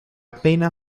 pena